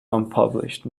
unpublished